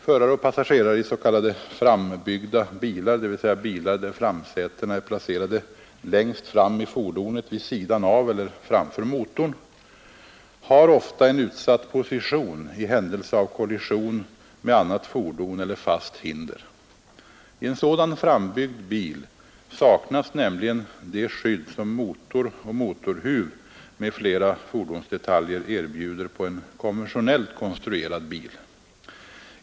Förare och passagerare i s.k. frambyggda bilar, dvs. bilar där framsätena är placerade längst fram i fordonet vid sidan av eller framför motorn, har ofta en utsatt position i händelse av kollision med annat fordon eller fast hinder. I en sådan frambyggd bil saknas nämligen det skydd som motor och motorhuv m.fl. fordonsdetaljer erbjuder på en konventionellt konstruerad bil.